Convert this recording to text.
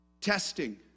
testing